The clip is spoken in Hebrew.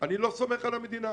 אני לא סומך על המדינה,